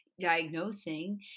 diagnosing